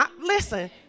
listen